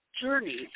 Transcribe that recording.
journey